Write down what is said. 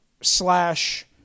slash